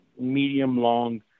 medium-long